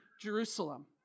Jerusalem